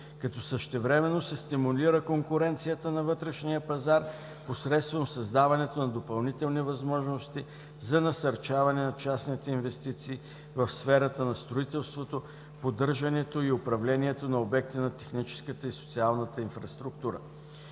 като същевременно се стимулира конкуренцията на вътрешния пазар посредством създаването на допълнителни възможности за насърчаване на частните инвестиции в сферата на строителството, поддържането и управлението на обекти на техническата и социалната инфраструктура.